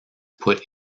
put